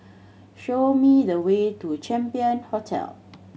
show me the way to Champion Hotel